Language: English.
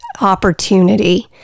opportunity